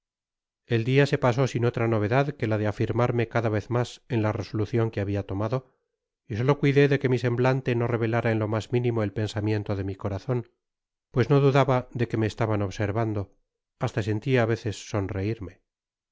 el dia se pasó sin otra novedad que la de afirmarme cada vez mas en la resolucion que habia tomado y solo cuidó de que mi semblante no revelara en lo mas minimo el pensamiento de mi corazon pues no dudaba de que me estaban observando hasta sentia á veces sonreirme